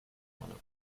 corner